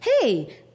hey